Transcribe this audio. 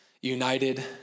united